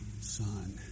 son